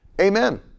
Amen